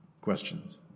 questions